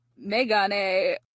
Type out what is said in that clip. Megane